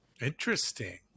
Interesting